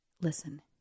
listen